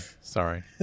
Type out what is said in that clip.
sorry